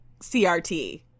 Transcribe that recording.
CRT